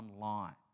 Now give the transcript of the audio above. online